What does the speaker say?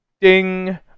ding